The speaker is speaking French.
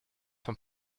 sont